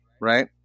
right